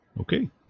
Okay